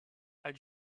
i’ll